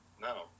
No